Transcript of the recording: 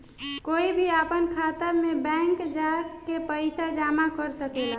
कोई भी आपन खाता मे बैंक जा के पइसा जामा कर सकेला